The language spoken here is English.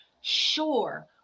sure